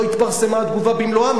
לא התפרסמה התגובה במלואה,